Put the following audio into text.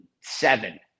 seven